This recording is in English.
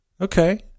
Okay